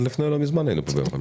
לא מזמן היינו ביום חמישי.